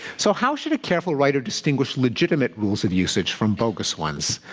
so how should a careful writer distinguish legitimate rules of usage from bogus ones?